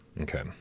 Okay